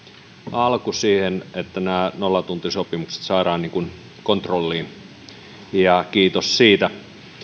alku siihen että nämä nollatuntisopimukset saadaan kontrolliin kiitos siitä